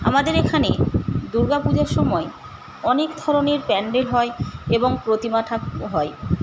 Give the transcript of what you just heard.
আমাদের এখানে দুর্গাপূজার সময় অনেক ধরনের প্যান্ডেল হয় এবং প্রতিমা ঠাকুর হয়